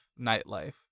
nightlife